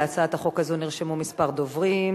להצעת החוק הזאת נרשמו כמה דוברים.